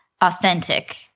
authentic